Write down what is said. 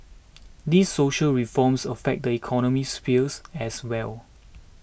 these social reforms affect the economic spheres as well